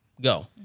go